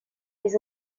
les